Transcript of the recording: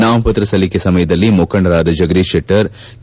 ನಾಮಪತ್ರ ಸಲ್ಲಿಕೆ ಸಮಯದಲ್ಲಿ ಮುಖಂಡರಾದ ಜಗದೀಶ್ ಶೆಟ್ಟರ್ ಕೆ